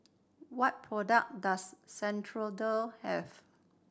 what product does Ceradan have